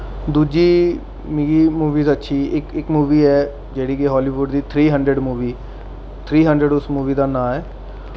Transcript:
दूई मिगी मूवि अच्छी इक इक मूवी ऐ जेह्ड़ी कि हालीवुड दी three hundred movie three hundred उस मूवी दा नांऽ ऐ